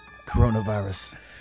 coronavirus